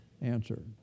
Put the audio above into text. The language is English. answer